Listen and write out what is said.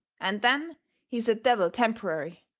and then he is a devil temporary.